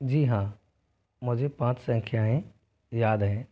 जी हाँ मुझे पाँच संख्याएँ याद हैं